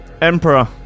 Emperor